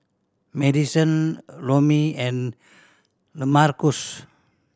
Madisen Romie and Lamarcus